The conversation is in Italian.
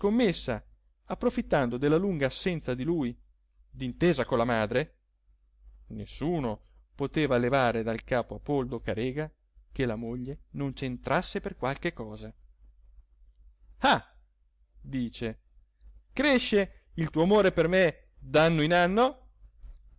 scommessa approfittando della lunga assenza di lui d'intesa con la madre nessuno poteva levare dal capo a poldo carega che la moglie non c'entrasse per qualche cosa ah dice cresce il tuo amore per me d'anno in anno